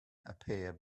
appear